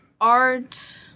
art